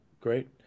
great